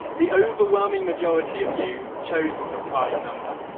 the overwhelming majority of you chose a prime number,